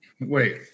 wait